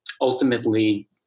ultimately